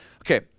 Okay